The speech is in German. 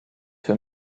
für